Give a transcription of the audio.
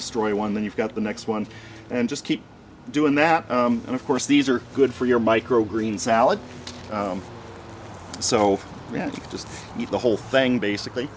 destroy one then you've got the next one and just keep doing that and of course these are good for your micro green salad so that you just eat the whole thing basically